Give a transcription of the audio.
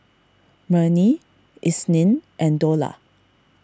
Murni Isnin and Dollah